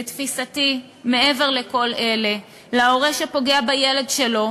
לתפיסתי, מעבר לכל אלה, להורה שפוגע בילד שלו